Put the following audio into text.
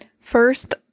First